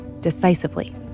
decisively